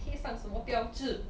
贴上什么标志